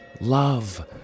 Love